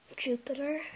Jupiter